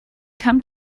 come